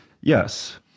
Yes